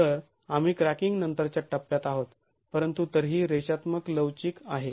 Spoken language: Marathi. तर आम्ही क्रॅकिंग नंतरच्या टप्प्यात आहोत परंतु तरीही रेषात्मक लवचिक आहे